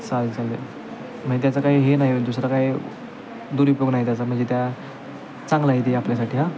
चालेल चालेल म्हणजे त्याचं काही हे नाही दुसरा काय दुरूपयोग नाही त्याचा म्हणजे त्या चांगलं आहे ते आपल्यासाठी हा